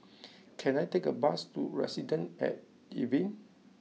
can I take a bus to Residences at Evelyn